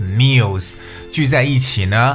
meals,聚在一起呢。